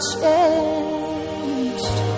changed